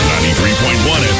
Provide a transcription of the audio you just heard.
93.1